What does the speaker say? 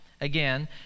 again